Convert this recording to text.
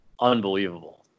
Unbelievable